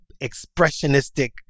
expressionistic